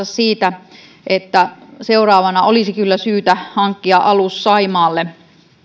siitä että seuraavana olisi kyllä syytä hankkia alus saimaalle